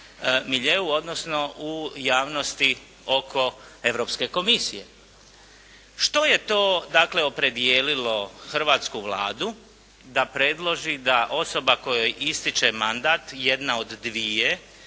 odnosno u javnosti oko Europske komisije. Što je to dakle, opredijelilo hrvatsku Vladu da predloži da osoba kojoj ističe mandat jedna od dvije